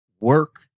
work